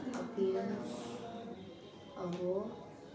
Ration ತರಕ ಹೋದಾಗ ಅಂಗಡಿಯವನಿಗೆ ಯು.ಪಿ.ಐ ಮೂಲಕ ಹಣ ಪಾವತಿ ಮಾಡಬಹುದಾ?